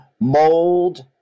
mold